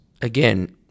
again